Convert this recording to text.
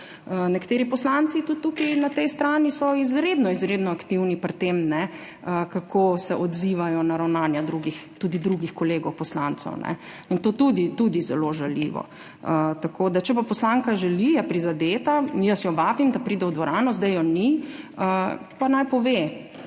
na tej strani, so izredno izredno aktivni pri tem, kako se odzivajo na ravnanja drugih, tudi drugih kolegov poslancev, in to tudi zelo žaljivo. Če pa poslanka želi, je prizadeta, jo jaz vabim, da pride v dvorano, zdaj je ni, pa naj pove.